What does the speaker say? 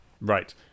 right